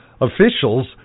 Officials